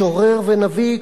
משורר ונביא,